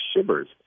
Shivers